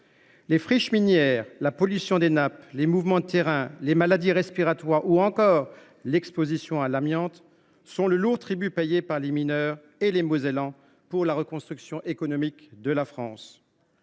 Les friches minières, la pollution des nappes, les mouvements de terrain, les maladies respiratoires ou encore l’exposition à l’amiante constituent le lourd tribut payé par les mineurs et les Mosellans pour la reconstruction économique de la France.